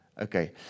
Okay